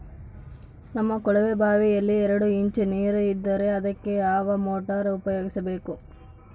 ನಮ್ಮ ಕೊಳವೆಬಾವಿಯಲ್ಲಿ ಎರಡು ಇಂಚು ನೇರು ಇದ್ದರೆ ಅದಕ್ಕೆ ಯಾವ ಮೋಟಾರ್ ಉಪಯೋಗಿಸಬೇಕು?